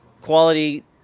quality